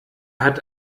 hat